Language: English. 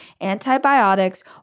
antibiotics